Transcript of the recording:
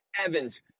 Evans